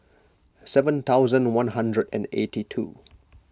seven thousand one hundred and eighty two